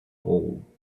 all